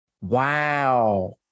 Wow